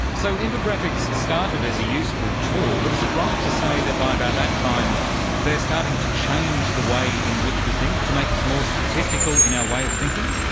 so infographics started as a useful tool, but is it right to say that by about that time they are starting to change the way in which we think, to make us more statistical in our way of thinking?